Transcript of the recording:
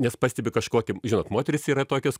nes pastebi kažkokį žinot moterys yra tokios